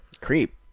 Creep